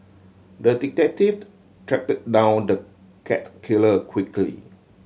the detective tracked down the cat killer quickly